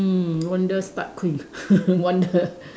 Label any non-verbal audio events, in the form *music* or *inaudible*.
mm wonder Stark queen *laughs* wonder